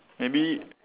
maybe